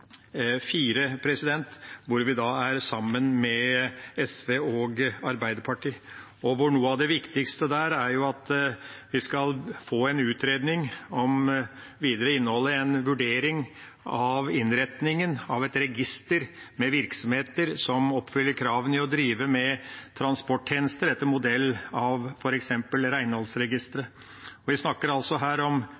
med SV og Arbeiderpartiet. Noe av det viktigste der er at vi skal få en utredning om det videre innholdet – en vurdering av innretningen av et register med virksomheter som oppfyller kravene for å drive med transporttjenester, etter modell av